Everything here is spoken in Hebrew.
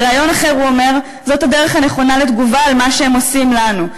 בריאיון אחר הוא אומר: זאת הדרך הנכונה לתגובה על מה שהם עושים לנו.